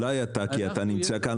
אולי אתה, כי אתה נמצא כאן.